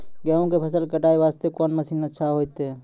गेहूँ के फसल कटाई वास्ते कोंन मसीन अच्छा होइतै?